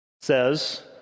says